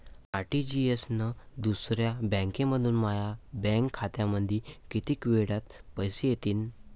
RTGS न दुसऱ्या बँकेमंधून माया बँक खात्यामंधी कितीक वेळातं पैसे येतीनं?